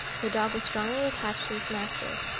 the dog was strongly attached to his master,